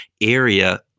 area